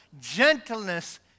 gentleness